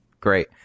great